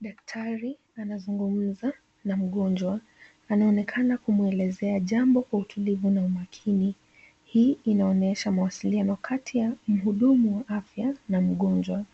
Daktari anazungumza na mgonjwa anaonekana kumwelezea jambo kwa utulivu na umakini. Hii inaonyesha mawasiliano kati ya mhudumu wa afya na mgonjwa